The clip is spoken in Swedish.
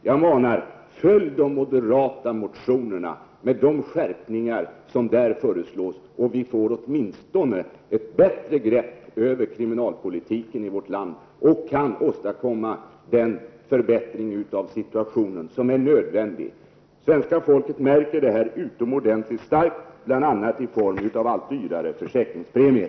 Jag manar: Följ de moderata motionerna, med de skärpningar som där föreslås, och vi får åtminstone ett bättre grepp över kriminalpolitiken i vårt land och kan åstadkomma den förbättring av situationen som är nödvändig. Svenska folket märker utomordentligt starkt den brottsökning som sker, bl.a. i form av allt dyrare försäkringspremier.